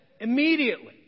immediately